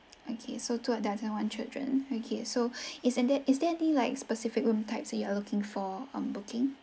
okay so two adults and one children okay so is and that is there any like specific room types you are looking for on booking